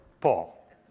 Paul